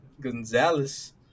Gonzalez